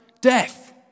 death